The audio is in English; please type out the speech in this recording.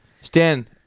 Stan